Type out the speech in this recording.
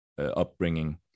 upbringing